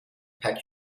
pack